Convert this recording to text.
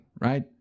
right